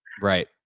Right